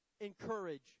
encourage